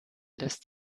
lässt